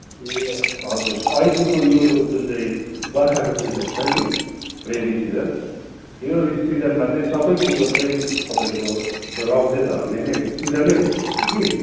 ए हजुर अहिलेको यो जुनचाहिँ बर्खाको सिजन छ रेनी सिजन यो सिजनमा चाहिँ सबै कुकुरकै तपाईँको रौँ चाहिँ झर्ने सिजन नै हुन्छ यो चाहिँ कि